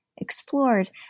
explored